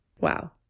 Wow